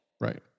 Right